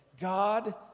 God